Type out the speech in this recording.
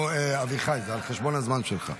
אביחי, זה על חשבון הזמן שלך.